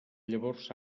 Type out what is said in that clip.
llavors